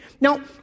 Now